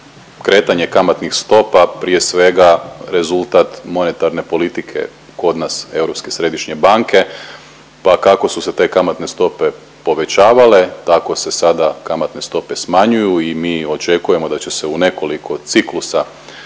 kretanje kamatnih stopa prije svega rezultat monetarne politike kod nas Europske središnje banke, pa kako su se te kamatne stope povećavale tako se sada kamatne stope smanjuju i mi očekujemo da će se u nekoliko ciklusa